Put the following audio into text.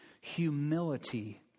humility